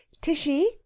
Tishy